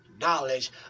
knowledge